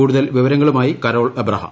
കൂടുതൽ വിവരങ്ങളുമായി കരോൾ അബ്രഹാം